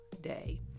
day